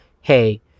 hey